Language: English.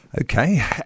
Okay